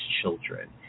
children